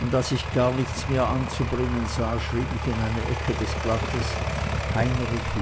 und als ich gar nichts mehr anzubringen sah schrieb ich in eine ecke des blattes heinrich